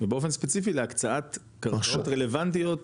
ובאופן ספציפי להקצאת קרקעות רלוונטיות.